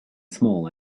small